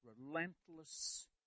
relentless